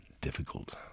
difficult